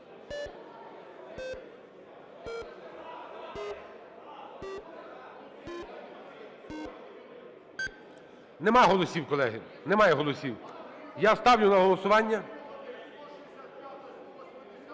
Нема голосів, колеги, немає голосів. Я ставлю на голосування…